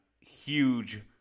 huge